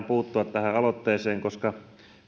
puuttua tähän aloitteeseen koska